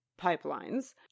pipelines